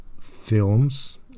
films